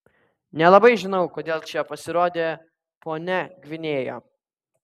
nelabai žinau kodėl čia pasirodė ponia gvinėja